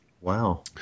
wow